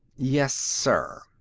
yes, sir,